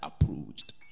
approached